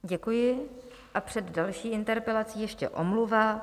Děkuji a před další interpelací ještě omluva.